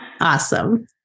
Awesome